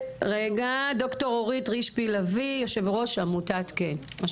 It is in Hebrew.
ד"ר אורית רשפי לביא, יושבת-ראש עמותת כן.